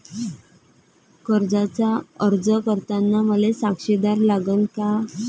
कर्जाचा अर्ज करताना मले साक्षीदार लागन का?